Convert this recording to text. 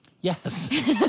Yes